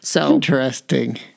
Interesting